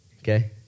Okay